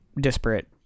disparate